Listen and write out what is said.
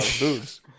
boobs